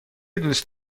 دوست